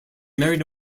married